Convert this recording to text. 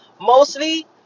mostly